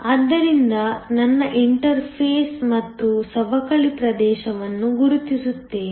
ಆದ್ದರಿಂದ ನನ್ನ ಇಂಟರ್ಫೇಸ್ ಮತ್ತು ಸವಕಳಿ ಪ್ರದೇಶವನ್ನು ಗುರುತಿಸುತ್ತೇನೆ